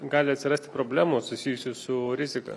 gali atsirasti problemų susijusių su rizika